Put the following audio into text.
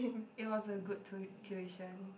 it was a good tui~ tuition